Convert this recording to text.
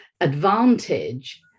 advantage